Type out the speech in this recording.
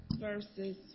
verses